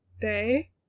day